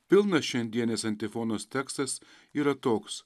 pilnas šiandienės antifonos tekstas yra toks